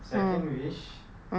second wish